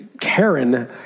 Karen